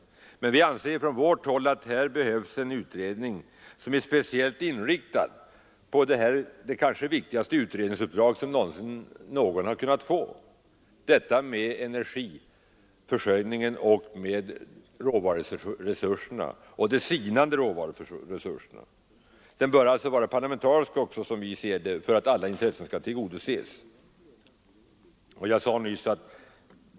Vi anser emellertid från vårt håll att här behövs en utredning som är speciellt inriktad på detta det kanske viktigaste utredningsuppdrag som någon har kunnat få: en utredning om energiförsörjningen och de sinande råvaruresurserna. Som vi ser det bör denna utredning vara parlamentarisk för att alla intressen skall kunna tillgodoses.